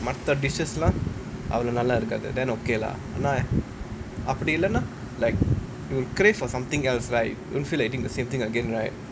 mutton dishes lah எல்லா அவ்ளோ நல்ல இருக்காது:ellaa avlo nallaa irukaathu then okay lah அப்டி இல்லனா:apdi illanaa like you crave for something else right don't feel like eating the same thing again right